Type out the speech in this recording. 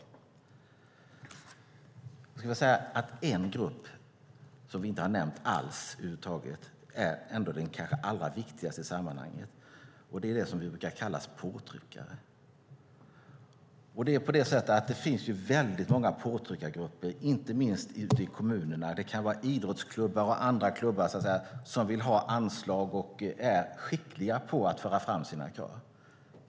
Jag skulle vilja säga att en grupp som vi inte har nämnt alls kanske är den allra viktigaste i sammanhanget. Det är de som brukar kallas påtryckare. Det finns många påtryckargrupper, inte minst ute i kommunerna. Det kan vara idrottsklubbar och andra klubbar som vill ha anslag och är skickliga på att föra fram sina krav.